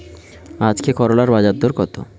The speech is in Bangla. আজকে করলার বাজারদর কত?